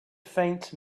faint